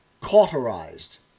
cauterized